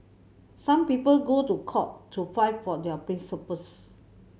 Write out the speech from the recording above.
some people go to court to fight for their principles